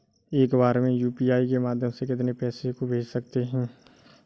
एक बार में यू.पी.आई के माध्यम से कितने पैसे को भेज सकते हैं?